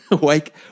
Wake